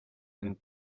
and